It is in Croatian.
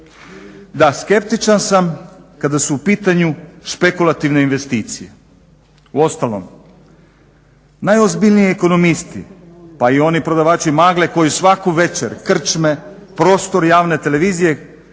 Da skeptičan sam kada su u pitanju špekulativne investicije. Uostalom najozbiljniji ekonomisti, pa i oni prodavački magle koji svaku večer krčme, prostor javne televizije